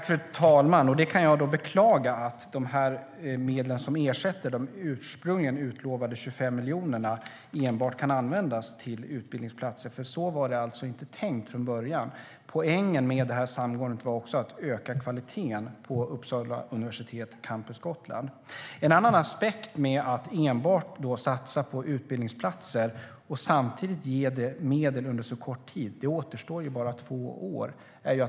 Fru talman! Jag kan då beklaga att de medel som ersätter de ursprungligen utlovade 25 miljonerna enbart kan användas till utbildningsplatser. Så var det nämligen inte tänkt från början. Poängen med samgåendet var också att öka kvaliteten på Uppsala universitet - Campus Gotland. Det finns en annan aspekt av att enbart satsa på utbildningsplatser och att samtidigt ge medel under en så kort tid - det återstår ju bara två år.